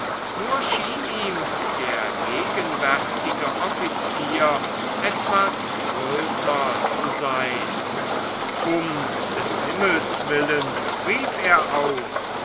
nur schien ihm der gegenwärtige offizier etwas größer zu sein um des himmels willen rief er aus